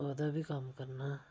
ओह्दा बी कम्म करना